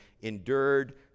endured